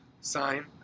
sign